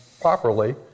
properly